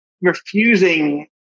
refusing –